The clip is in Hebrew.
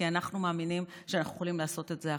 כי אנחנו מאמינים שאנחנו יכולים לעשות את זה אחרת.